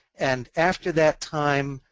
and after that time,